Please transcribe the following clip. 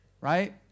right